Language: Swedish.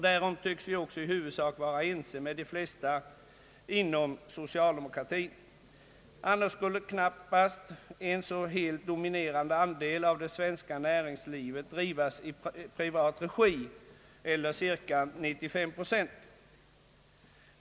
Därom tycks vi också i huvudsak vara ense med de flesta inom socialdemokratin. Annars skulle knappast en så helt dominerande andel av det svenska näringslivet drivas i privat regi, cirka 95 procent.